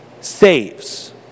saves